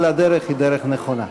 אבל הדרך היא דרך נכונה.